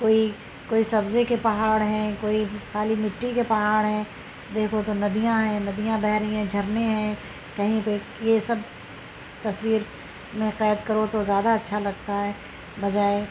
کوئی کوئی سبزے کے پہاڑ ہیں کوئی خالی مٹی کے پہاڑ ہیں دیکھو تو ندیاں ہے ندیاں بہہ رہی ہیں جھرنے ہیں کہیں پہ یہ سب تصویر میں قید کرو تو زیادہ اچھا لگتا ہے بجائے